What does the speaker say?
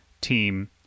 team